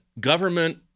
government